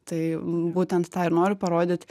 tai būtent tą ir noriu parodyt